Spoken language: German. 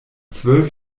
zwölf